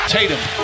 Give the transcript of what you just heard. Tatum